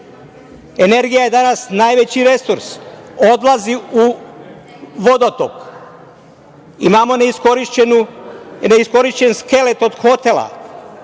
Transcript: Energija je danas najveći resurs. Odlazi u vodotok. Imamo neiskorišćen skelet od hotela